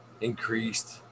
increased